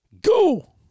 go